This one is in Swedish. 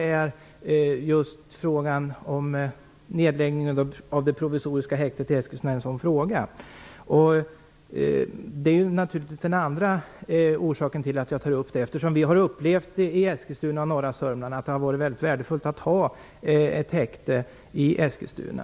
är just frågan om nedläggning av det provisoriska häktet i Eskilstuna ett sådant exempel. Den andra utgångspunkten för min fråga är att vi i Eskilstuna och norra Sörmland har upplevt att det har varit väldigt värdefullt att ha ett häkte i Eskilstuna.